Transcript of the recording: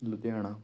Ludhiana